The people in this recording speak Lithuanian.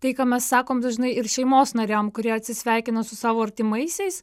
tai ką mes sakom dažnai ir šeimos nariam kurie atsisveikina su savo artimaisiais